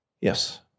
Yes